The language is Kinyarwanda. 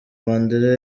mandela